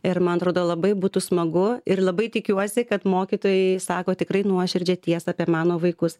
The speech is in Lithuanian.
ir man atrodo labai būtų smagu ir labai tikiuosi kad mokytojai sako tikrai nuoširdžią tiesą apie mano vaikus